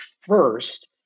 first